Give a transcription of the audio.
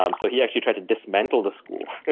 um so he actually tried to dismantle the school.